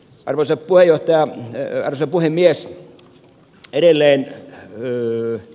arvoisa puhemies